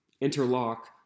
interlock